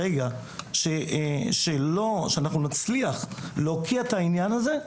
ברגע שאנחנו נצליח להוקיע את העניין הזה,